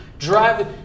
Drive